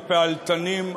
הפעלתנים,